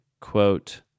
quote